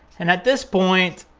and at this point,